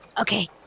Okay